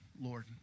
Lord